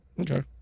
Okay